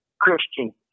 Christian